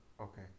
okay